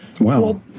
wow